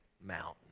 mountain